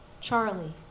Charlie